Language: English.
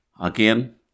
Again